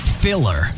filler